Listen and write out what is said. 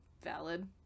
valid